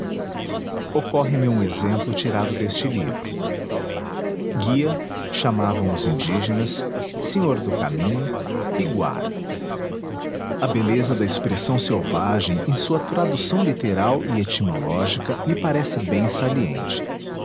ocorre me um exemplo tirado deste livro guia chamavam os indígenas senhor do caminho piguara a beleza da expressão selvagem em sua tradução literal e etimológica me parece bem saliente